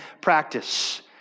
practice